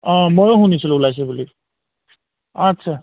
অঁ ময়ো শুনিছিলোঁ ওলাইছে বুলি অঁ আচ্ছা